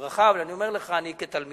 אבל אני אומר לך שכתלמידו